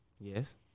Yes